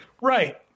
Right